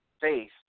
Faith